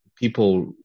People